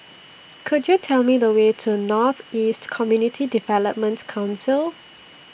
Could YOU Tell Me The Way to North East Community Developments Council